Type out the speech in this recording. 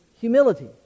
humility